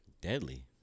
Deadly